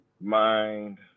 mind